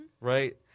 right